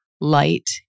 light